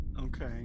Okay